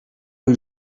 rue